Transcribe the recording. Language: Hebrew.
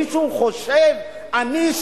מישהו חושב שאני,